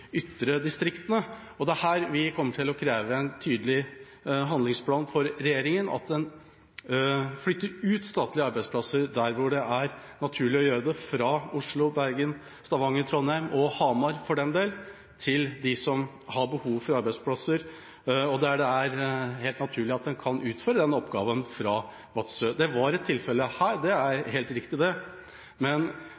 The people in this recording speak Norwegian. ytre distriktene, og det er her vi kommer til å kreve en tydelig handlingsplan fra regjeringa om at den flytter ut statlige arbeidsplasser der det er naturlig å gjøre det – fra Oslo, Bergen, Stavanger, Trondheim og Hamar, for den del – til dem som har behov for arbeidsplasser, og der det er helt naturlig at en kan utføre den oppgaven, fra f.eks. Vadsø. Det var et tilfelle her, det er